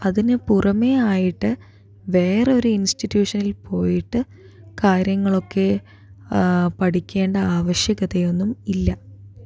അതിന് പുറമെ ആയിട്ട് വേറൊരു ഇൻസ്റ്റിട്യൂഷനിൽ പോയിട്ട് കാര്യങ്ങളൊക്കെ പഠിക്കേണ്ട ആവശ്യകത ഒന്നും ഇല്ല